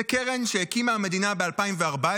זו קרן שהקימה המדינה ב-2014,